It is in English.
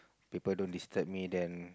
people don't disturb me then